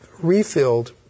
refilled